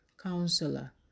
Counselor